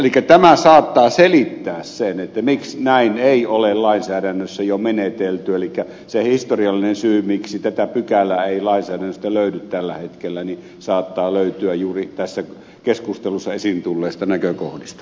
elikkä tämä saattaa selittää sen miksi näin ei ole lainsäädännössä jo menetelty se historiallinen syy miksi tätä pykälää ei lainsäädännöstä löydy tällä hetkellä saattaa löytyä juuri tässä keskustelussa esiin tulleista näkökohdista